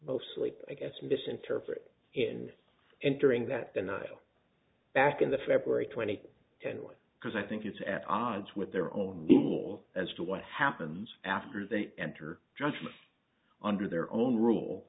mostly i guess misinterpret in entering that denial back in the february twenty third and one because i think it's at odds with their own rule as to what happens after they enter judgment on their own rule